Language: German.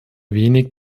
wenig